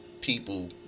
people